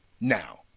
Now